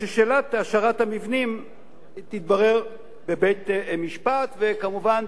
שאלת השארת המבנים תתברר בבית-המשפט וכמובן,